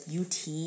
ut